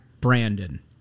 Brandon